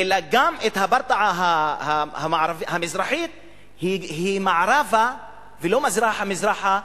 אלא גם ברטעה המזרחית היא מערבה ולא מזרחה מהגדר.